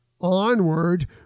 Onward